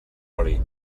oli